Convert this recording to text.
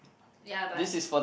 ya but